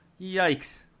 Yikes